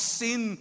sin